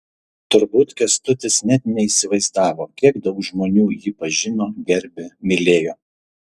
turbūt kęstutis net neįsivaizdavo kiek daug žmonių jį pažino gerbė mylėjo